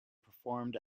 performed